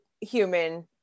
human